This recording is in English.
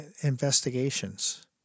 investigations